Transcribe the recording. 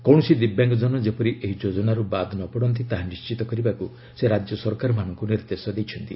କୌଣସି ଦିବ୍ୟାଙ୍ଗଜନ ଯେପରି ଏହି ଯୋଜନାରୁ ବାଦ୍ ନ ପଡ଼ନ୍ତି ତାହା ନିଣ୍ଟିତ କରିବାକୁ ସେ ରାଜ୍ୟ ସରକାରମାନଙ୍କୁ ନିର୍ଦ୍ଦେଶ ଦେଇଛନ୍ତି